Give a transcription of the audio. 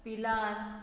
पिलार